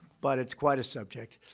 but it's quite a subject.